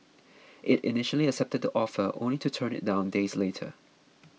it initially accepted the offer only to turn it down days later